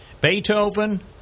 Beethoven